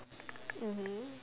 mmhmm